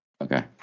Okay